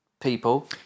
people